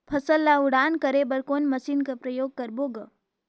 फसल ल उड़ान करे बर कोन मशीन कर प्रयोग करबो ग?